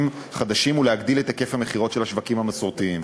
חדשים ולהגדיל את היקף המכירות של השווקים המסורתיים.